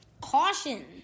Caution